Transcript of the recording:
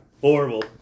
horrible